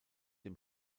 dem